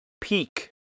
peak